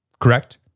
Correct